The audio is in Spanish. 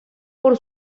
por